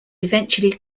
eventually